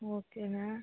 ஓகேங்க